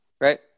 right